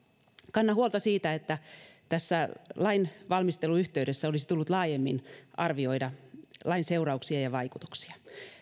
kannan huolta siitä että tässä lainvalmistelun yhteydessä olisi tullut laajemmin arvioida lain seurauksia ja vaikutuksia